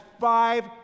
five